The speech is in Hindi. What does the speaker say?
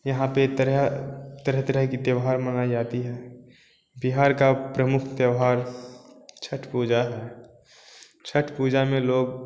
यहाँ पर तरह तरह तरह के त्यौहार मनाई जाती है बिहार का प्रमुख त्यौहार छठ पूजा है छठ पूजा में लोग